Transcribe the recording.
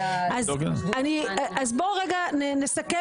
אז בוא נסכם,